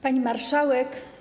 Pani Marszałek!